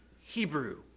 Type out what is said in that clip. Hebrew